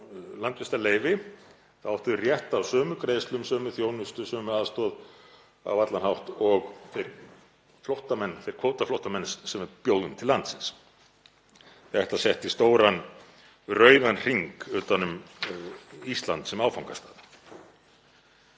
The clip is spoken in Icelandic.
ættu þeir rétt á sömu greiðslum, sömu þjónustu, sömu aðstoð á allan hátt og þeir kvótaflóttamenn sem við bjóðum til landsins. Þetta setti stóran rauðan hring utan um Ísland sem áfangastað.